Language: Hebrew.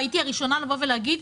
והייתי הראשונה לבוא ולהגיד,